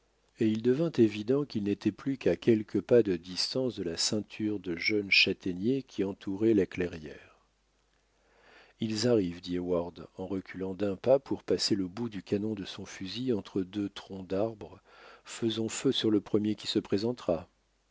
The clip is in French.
et il devint évident qu'ils n'étaient plus qu'à quelques pas de distance de la ceinture de jeunes châtaigniers qui entourait la clairière ils arrivent dit heyward en reculant d'un pas pour passer le bout du canon de son fusil entre deux troncs d'arbres faisons feu sur le premier qui se présentera